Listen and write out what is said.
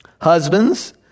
Husbands